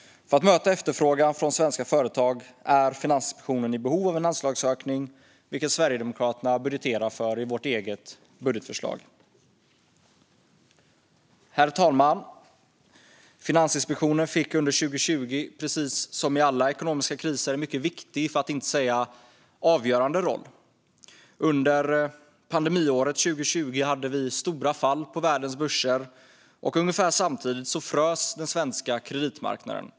För att möta efterfrågan från svenska företag är Finansinspektionen i behov av en anslagsökning, vilket Sverigedemokraterna budgeterar för i vårt eget budgetförslag. Herr talman! Finansinspektionen fick under 2020 - precis som i alla ekonomiska kriser - en mycket viktig för att inte säga avgörande roll. Under pandemiåret 2020 hade vi stora fall på världens börser, och ungefär samtidigt frös den svenska kreditmarknaden.